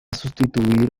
sustituir